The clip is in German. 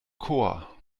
chor